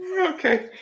Okay